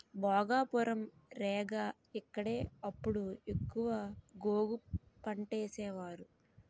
భోగాపురం, రేగ ఇక్కడే అప్పుడు ఎక్కువ గోగు పంటేసేవారు